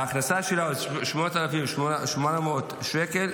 שההכנסה שלה 8,800 שקל,